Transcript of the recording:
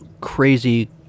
crazy